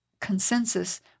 consensus